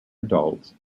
adults